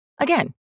Again